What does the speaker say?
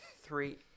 three